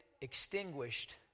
extinguished